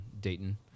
Dayton